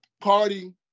party